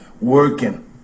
working